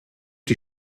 die